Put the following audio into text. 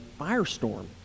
firestorm